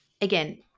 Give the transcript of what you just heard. again